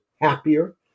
Happier